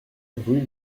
rue